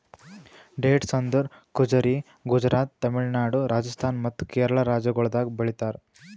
dates ಅಂದುರ್ ಖಜುರಿ ಗುಜರಾತ್, ತಮಿಳುನಾಡು, ರಾಜಸ್ಥಾನ್ ಮತ್ತ ಕೇರಳ ರಾಜ್ಯಗೊಳ್ದಾಗ್ ಬೆಳಿತಾರ್